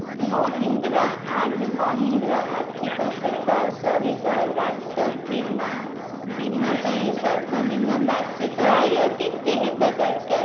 Mahindra and Mahindra ଆର୍ଥିକ ସେବା ସହିତ ଲାପଟପ୍ ବୀମା ବୀମା ପାଇଁ ସର୍ବନିମ୍ନ ମାସିକ ଆୟ କେତେ ହେବା ଦରଳାର